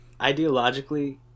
ideologically